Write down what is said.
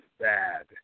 bad